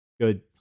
Good